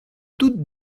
doute